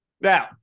Now